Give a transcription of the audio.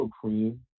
cream